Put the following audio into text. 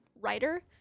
writer